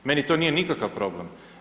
Meni to nije nikakav problem.